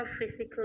physical